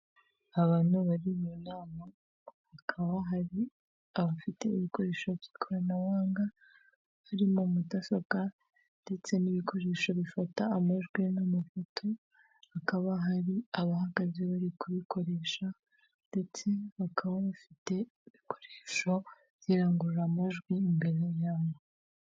Abantu bari mu nama hakaba hari abafite ibikoresho by'ikoranabuhanga, harimo mudasobwa ndetse n'ibikoresho bifata amajwi n'amafoto, hakaba hari abahagaze bari kubikoresha ndetse bakaba bafite ibikoresho by'irangururamajwi imbere yabo.